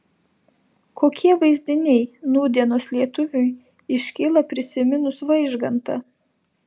kokie vaizdiniai nūdienos lietuviui iškyla prisiminus vaižgantą